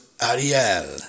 Ariel